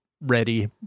ready